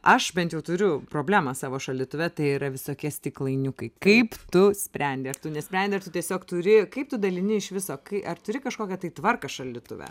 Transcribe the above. aš bent jau turiu problemą savo šaldytuve tai yra visokie stiklainiukai kaip tu sprendi ar tu nesprendi ir tu tiesiog turi kaip tu dalini iš viso kai ar turi kažkokią tai tvarką šaldytuve